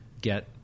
get